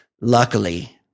luckily